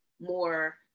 more